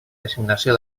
designació